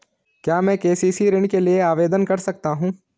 क्या मैं के.सी.सी ऋण के लिए आवेदन कर सकता हूँ?